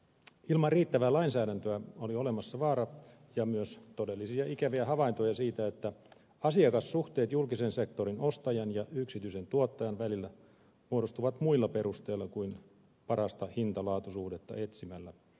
ilman riittävää lainsäädäntöä oli olemassa vaara ja myös todellisia ikäviä havaintoja siitä että asiakassuhteet julkisen sektorin ostajan ja yksityisen tuottajan välillä muodostuvat muilla perusteilla kuin parasta hintalaatu suhdetta etsimällä